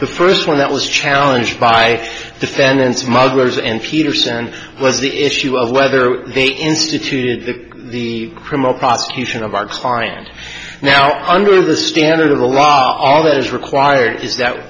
the first one that was challenged by defense smugglers and peterson and was the issue of whether they instituted the criminal prosecution of our client now under the standard of the law all that is required is that